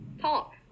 talk